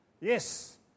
Yes